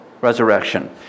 resurrection